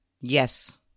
Yes